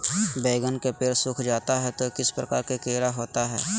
बैगन के पेड़ सूख जाता है तो किस प्रकार के कीड़ा होता है?